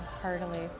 heartily